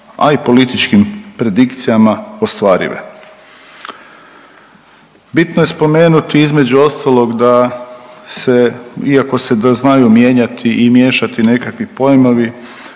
a političkim predikcijama ostvarive. Bitno je spomenuti između ostalog da se iako se znaju mijenjati i miješati nekakvi pojmovi